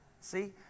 See